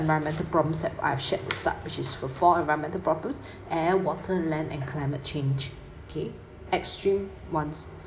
environmental problems that I've shared from start which is for four environmental problems air water land and climate change okay extreme ones